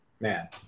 man